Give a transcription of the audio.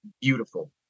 beautiful